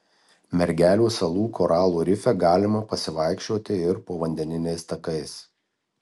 mergelių salų koralų rife galima pasivaikščioti ir povandeniniais takais